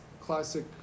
classic